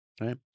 right